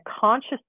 conscious